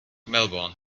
melbourne